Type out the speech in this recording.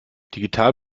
digital